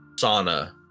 sauna